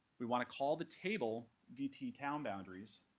we want to call the table vt town boundaries.